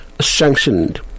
sanctioned